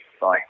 bye